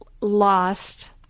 lost